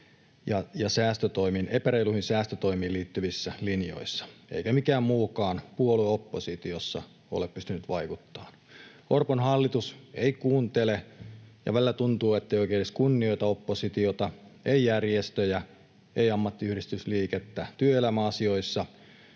ja epäreiluihin säästötoimiin liittyvissä linjoissa, eikä mikään muukaan puolue oppositiossa ole pystynyt vaikuttamaan. Orpon hallitus ei kuuntele, ja välillä tuntuu, ettei oikein edes kunnioita oppositiota, ei järjestöjä, ei ammattiyhdistysliikettä työelämäasioissa,